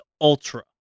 Ultra